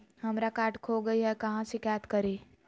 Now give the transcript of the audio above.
हमरा कार्ड खो गई है, कहाँ शिकायत करी?